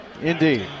Indeed